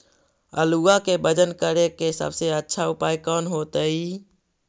आलुआ के वजन करेके सबसे अच्छा उपाय कौन होतई?